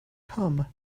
come